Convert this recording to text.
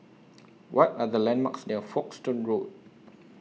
What Are The landmarks near Folkestone Road